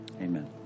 Amen